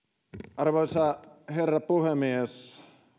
arvoisa herra puhemies